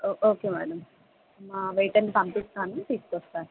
ఓ okay madam మా వైటర్ని పంపిస్తాను తీస్కొస్తారు